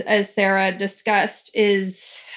as sarah discussed is.